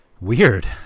Weird